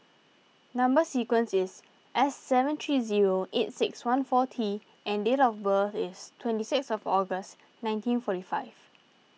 Number Sequence is S seven three zero eight six one four T and date of birth is twenty sixth August nineteen forty five